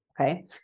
okay